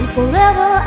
Forever